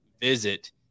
visit